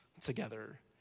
together